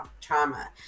trauma